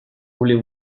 voulez